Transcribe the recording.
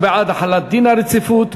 הוא בעד החלת דין הרציפות,